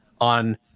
on